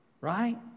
Right